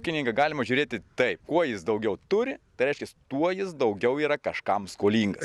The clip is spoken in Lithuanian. ūkininką galima žiūrėti taip kuo jis daugiau turi tai reiškias tuo jis daugiau yra kažkam skolingas